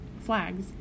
flags